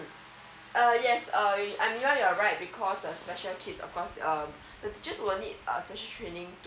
uh yes uh amira you're right because the special kids of course um the teachers will need special training